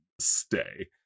stay